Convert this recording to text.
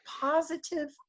positive